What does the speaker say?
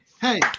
hey